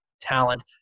talent